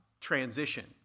transition